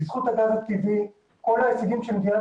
בזכות הגז הטבעי כל ההישגים שמדינת